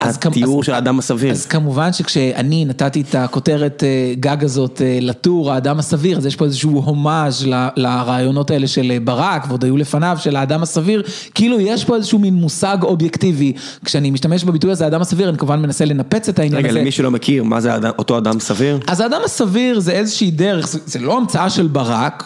התיאור של האדם הסביר. אז כמובן שכשאני נתתי את הכותרת גג הזאת לטור האדם הסביר, אז יש פה איזשהו הומאז' לרעיונות האלה של ברק, ועוד היו לפניו, של האדם הסביר, כאילו יש פה איזשהו מימושג אובייקטיבי. כשאני משתמש בביטוי הזה, האדם הסביר, אני כמובן מנסה לנפץ את העניין הזה. רגע, למי שלא מכיר, מה זה אותו אדם סביר? אז האדם הסביר זה איזושהי דרך, זה לא המצאה של ברק.